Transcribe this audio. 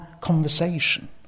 conversation